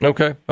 Okay